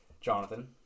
Jonathan